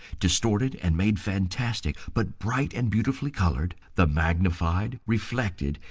distorted and made fantastic but bright and beautifully colored, the magnified, reflected,